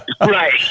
Right